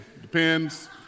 depends